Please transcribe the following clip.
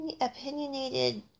opinionated